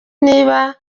niba